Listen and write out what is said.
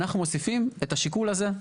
אנחנו מוסיפים את השיקול הזה,